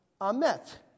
amet